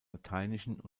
lateinischen